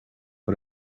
but